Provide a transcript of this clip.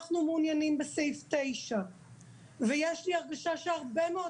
אנחנו מעוניינים בסעיף 9. יש לי הרגשה שהרבה מאוד